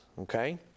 okay